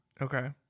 Okay